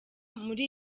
muri